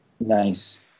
Nice